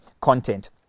content